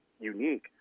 unique